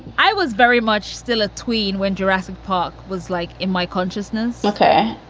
i was very much still a tween when jurassic park was like in my consciousness, ok?